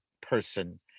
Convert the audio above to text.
person